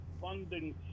Funding